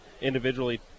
individually